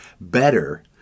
better